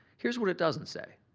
here's what it doesn't say.